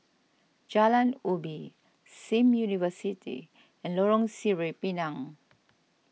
Jalan Ubi Sim University and Lorong Sireh Pinang